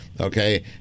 Okay